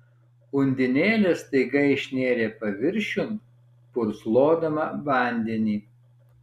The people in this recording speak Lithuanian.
undinėlė staiga išnėrė paviršiun purslodama vandenį